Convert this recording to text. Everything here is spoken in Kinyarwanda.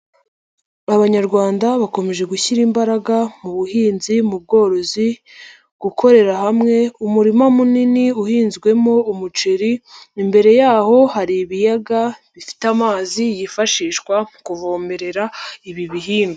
Abanyarwanda bakomeje gushyira imbaraga mu buhinzi mu bworozi, gukorera hamwe ,umurima munini uhinzwemo umuceri ,imbere y'aho hari ibiyaga bifite amazi ,yifashishwa mu kuvomerera ibi bihingwa.